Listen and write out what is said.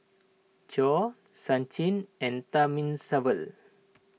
Choor Sachin and Thamizhavel